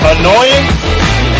Annoying